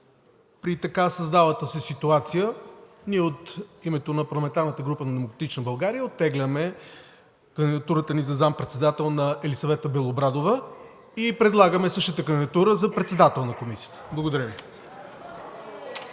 При така създалата се ситуация ние от името на парламентарната група на „Демократична България“ оттегляме кандидатурата ни за заместник-председател на Елисавета Белобрадова и предлагаме същата кандидатура за председател на Комисията. Благодаря Ви.